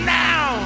now